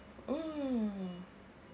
mm